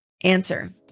Answer